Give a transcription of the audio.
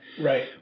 Right